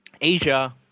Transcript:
Asia